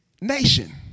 nation